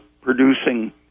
producing